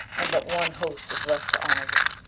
and but one host is left to honour thee,